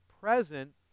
present